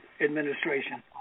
administration